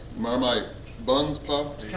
my my buns puffed?